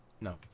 No